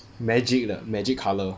magic 的 magic colour